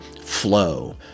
flow